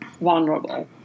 vulnerable